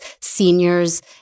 seniors